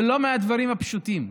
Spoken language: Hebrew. זה לא מהדברים הפשוטים.